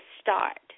start